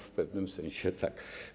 W pewnym sensie tak.